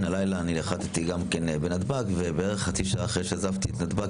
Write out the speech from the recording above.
אלא גם עם פעולות לחיזוק בריאות הציבור,